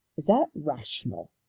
is that rational?